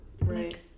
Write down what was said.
right